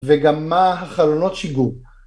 וגם מה החלונות שיגעו